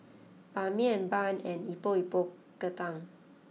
Ban Mian Bun and Epok Epok Kentang